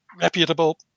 reputable